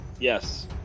Yes